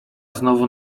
znowu